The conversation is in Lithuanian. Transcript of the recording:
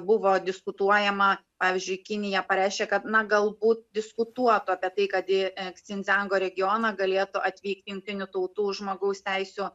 buvo diskutuojama pavyzdžiui kinija pareiškė kad na galbūt diskutuotų apie tai kad į eksinzeango regioną galėtų atvykti jungtinių tautų žmogaus teisių